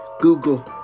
Google